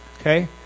Okay